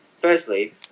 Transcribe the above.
firstly